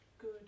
Good